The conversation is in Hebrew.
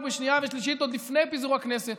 בשנייה ושלישית עוד לפני פיזור הכנסת,